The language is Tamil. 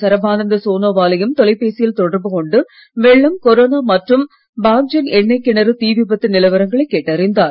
சரபானந்த சோனோவாலையும் தொலைபேசியில் தொடர்பு கொண்டு வெள்ளம் கொரோனா மற்றும் பாக்ஜன் எண்ணெய் கிணறு தீ விபத்து நிலவரங்களை கேட்டறிந்தார்